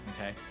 okay